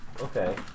Okay